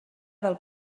del